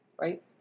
Right